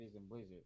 Blizzard